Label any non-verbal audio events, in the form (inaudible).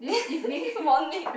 (laughs) this morning